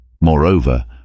Moreover